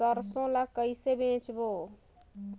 सरसो ला कइसे बेचबो?